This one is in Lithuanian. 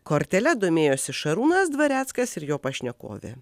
kortele domėjosi šarūnas dvareckas ir jo pašnekovė